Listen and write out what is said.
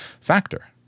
factor